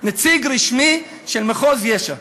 נציג רשמי של מחוז יש"ע,